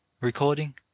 Recording